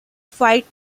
fight